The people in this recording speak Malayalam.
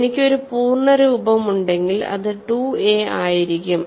എനിക്ക് ഒരു പൂർണ്ണ രൂപം ഉണ്ടെങ്കിൽ അത് 2 എ ആയിരിക്കും